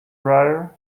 dryer